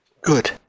Good